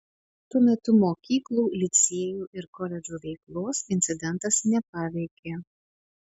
tuo metu mokyklų licėjų ir koledžų veiklos incidentas nepaveikė